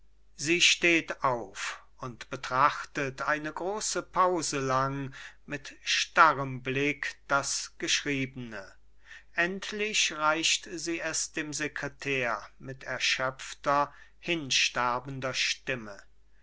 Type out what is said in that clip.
sie steht auf und betrachtet eine große pause lang mit starrem blick das geschriebene endlich reicht sie es dem secretär mit erschöpfter hinsterbender stimme